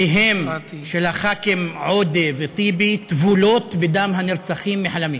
הח"כים עודה וטיבי טבולות בדם הנרצחים מחלמיש.